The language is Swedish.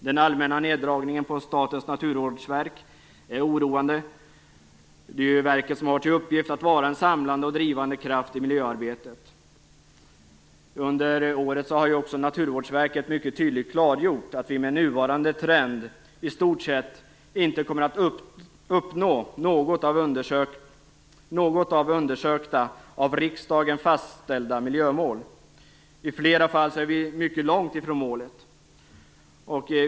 Den allmänna neddragningen på Statens naturvårdsverk är oroande. Det är ju det verk som har till uppgift att vara en samlande och drivande kraft i miljöarbetet. Under året har också Naturvårdsverket mycket tydligt klargjort att vi med nuvarande trend i stort sett inte kommer att uppnå något av de undersökta, av riksdagen fastställda, miljömålen. I flera fall är vi mycket långt från målen.